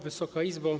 Wysoka Izbo!